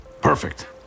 Perfect